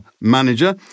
Manager